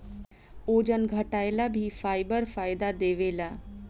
ओजन घटाएला भी फाइबर फायदा देवेला